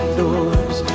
doors